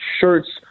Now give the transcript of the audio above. shirts